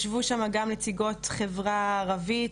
ישבו שם גם נציגות חברה ערבית,